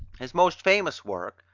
his most famous work,